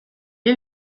est